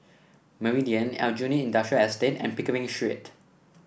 Meridian Aljunied Industrial Estate and Pickering Street